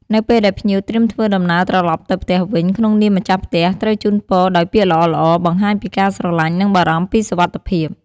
នៅពេលដែលភ្ញៀវត្រៀមធ្វើដំណើរត្រឡប់ទៅផ្ទះវិញ ក្នងនាមម្ចាស់ផ្ទះត្រូវជូនពរដោយពាក្យល្អៗ បង្ហាញពីការស្រឡាញ់ និងបារម្ភពីសុវត្ថិភាព។